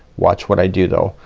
watch what i do though,